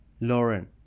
lauren